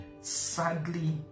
sadly